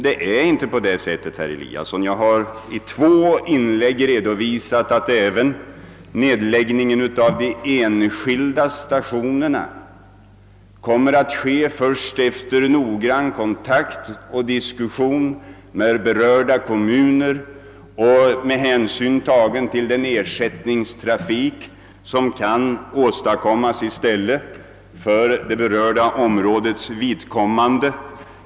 Det är inte på det sättet, herr Eliasson. Jag har i två inlägg redovisat att även nedläggning av de enskilda stationerna kommer att ske först efter kontakter och diskussioner med berörda kommuner och med hänsyn tagen till den ersättningstrafik som i stället kan åstadkommas för det berörda områdets vidkommande.